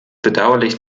bedauerlich